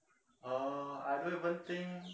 uh I don't even think